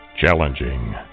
challenging